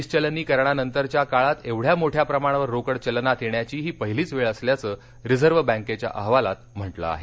निश्वलनीकरणानंतरच्या काळात एवढ्या मोठ्या प्रमाणावर रोकड चलनात येण्याची ही पहिलीच वेळ असल्याच रिझर्व्ह बँकेच्या अहवालात म्हटलं आहे